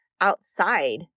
outside